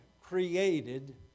created